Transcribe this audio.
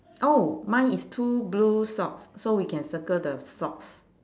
oh mine is two blue socks so we can circle the socks